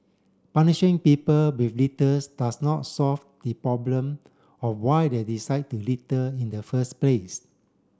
punishing people does not solve the problem of why they decide to litter in the first place